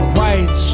White